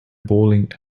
bowling